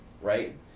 right